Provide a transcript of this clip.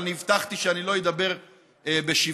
אבל הבטחתי שאני לא אדבר בשבחה,